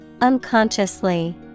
Unconsciously